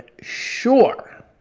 sure